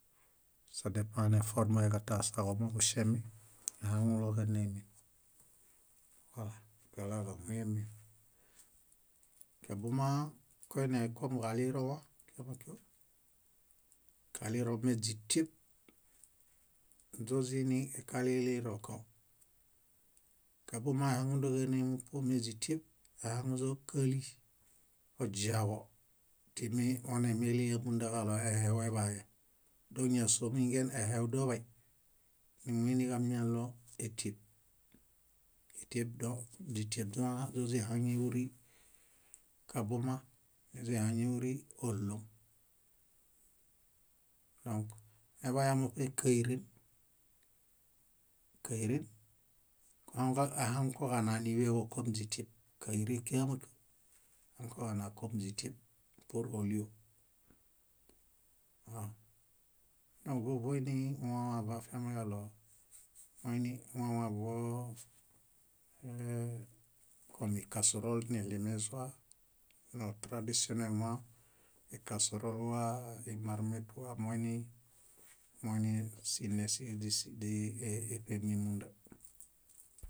sadepã neformeġatasaġoġuŝemi. Áhaŋuloġanemin wálaġahoyẽ min. Kabuma koinekom kalirõwa kíamakio. Kalirõ ubiẽ źítueb źoźiini kalilirõko. Kabuma ahaŋudo káne mupuo me źítueb ahaŋuźo káɭi oźiaġo, timi wánemeliarumundaġaɭo ehew eḃaye. Dõ ñásomingen ehew doḃay, numuiniġamialo étueb. Źitueb dõ źóźihaŋeuri kabuma, nihaŋeuri óɭuom. Neḃayamuṗe káiren, káiren, kuhaŋu- ahaŋukoġana níḃeġo kom źítieb, káirẽkiamakio, ahaŋukoġana kom źítieb pur ólio. díi wãwa voafiamiġaɭo moiniwãwa voo- ee- kom ikasurol niɭiemezua. Dõ tradisiõnemã, ikasurolwa, imarmitwa moini, moini źíṗemimunda.